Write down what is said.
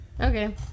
Okay